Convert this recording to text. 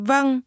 Vâng